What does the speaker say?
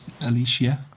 Alicia